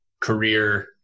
career